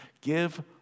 Give